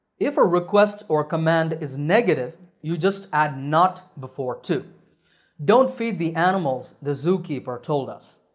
if a request or command is negative, you just add not before to don't feed the animals, the zookeeper told us.